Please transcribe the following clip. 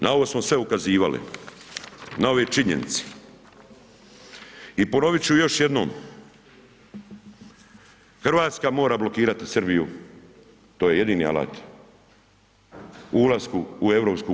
Na ovo smo sve ukazivali, na ove činjenice i ponoviti ću još jednom, Hrvatska mora blokirati Srbiju, to je jedini alat u ulasku u EU.